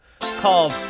called